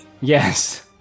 Yes